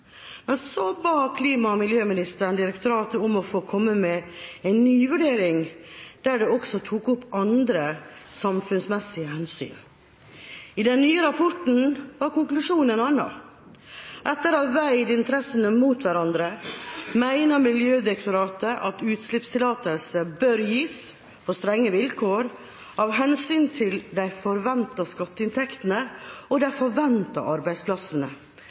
Men så ba klima- og miljøministeren direktoratet om å komme med en ny vurdering, der de også tok opp andre, samfunnsmessige, hensyn. I den nye rapporten var konklusjonen en annen. Etter å ha veid interessene mot hverandre mener Miljødirektoratet at utslippstillatelse bør gis, på strenge vilkår, av hensyn til de forventede skatteinntektene og de forventede arbeidsplassene